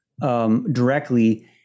directly